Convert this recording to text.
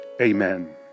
Amen